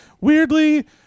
weirdly